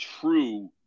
true